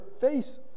face